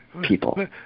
people